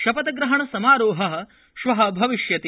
शपथग्रहणसमारोहः श्वः भविष्यति